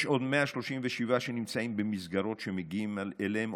יש עוד 137 שנמצאים במסגרות שהם מגיעים אליהן,